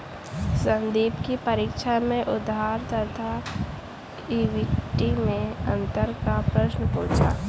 संदीप की परीक्षा में उधार तथा इक्विटी मैं अंतर का प्रश्न पूछा